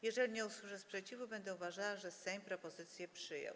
Jeżeli nie usłyszę sprzeciwu, będę uważała, że Sejm propozycję przyjął.